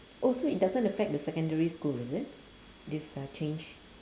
oh so it doesn't affect the secondary school is it this uh change